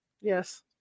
Yes